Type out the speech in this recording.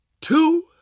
two